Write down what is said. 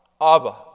Abba